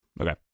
Okay